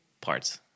parts